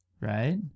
Right